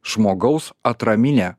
žmogaus atraminę